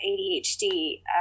ADHD